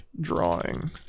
drawing